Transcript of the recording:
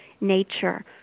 nature